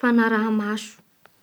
fanaraha-maso.